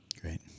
Great